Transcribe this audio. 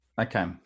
Okay